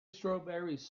strawberries